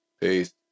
Peace